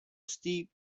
steep